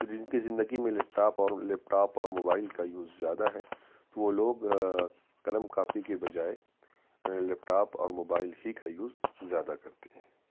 تو جن کی زندگی میں لیپ ٹاپ اور لیپ ٹاپ اور موبائل کا یوز زیادہ ہے تو وہ لوگ قلم کاپی کے بجائے لیپ ٹاپ اور موبائل ہی کا یوز زیادہ کرتے ہیں